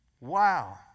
Wow